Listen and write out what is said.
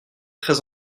très